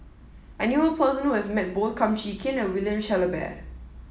I knew a person who has met both Kum Chee Kin and William Shellabear